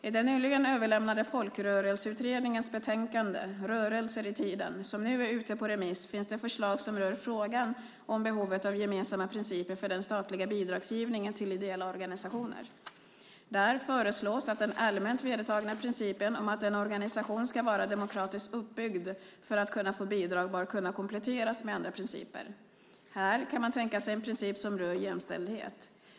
I den nyligen överlämnade Folkrörelseutredningens betänkande Rörelser i tiden , som nu är ute på remiss, finns det förslag som rör frågan om behovet av gemensamma principer för den statliga bidragsgivningen till ideella organisationer. Där föreslås att den allmänt vedertagna principen om att en organisation ska vara demokratiskt uppbyggd för att kunna få bidrag bör kunna kompletteras med andra principer. Här kan man tänka sig en princip som rör jämställdhet.